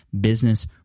business